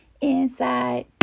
inside